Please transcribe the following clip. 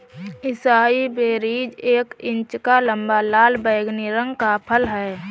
acai berries एक inch लंबा, लाल बैंगनी रंग का फल है